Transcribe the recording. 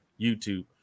youtube